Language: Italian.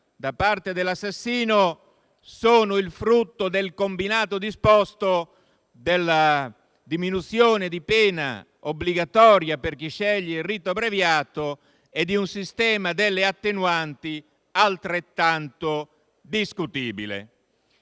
da parte dell'assassino, sono il frutto del combinato disposto della diminuzione di pena obbligatoria per chi sceglie il rito abbreviato e di un sistema delle attenuanti altrettanto discutibile.